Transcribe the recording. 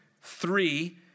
Three